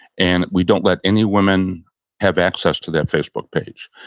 and we don't let any women have access to that facebook page.